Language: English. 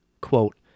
quote